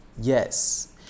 Yes